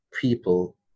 people